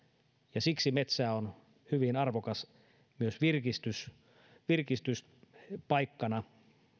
ja siksi metsä on hyvin arvokas myös virkistyspaikkana